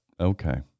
Okay